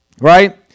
Right